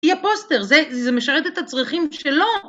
היא הפוסטר, זה משרת את הצרכים שלו.